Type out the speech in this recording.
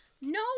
No